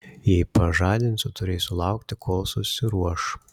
jei pažadinsiu turėsiu laukti kol susiruoš